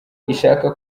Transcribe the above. ishaka